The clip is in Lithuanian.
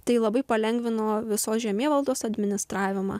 tai labai palengvino visos žemėvaldos administravimą